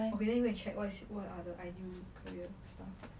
okay then you got and check what's what are the ideal career stuff